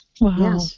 Wow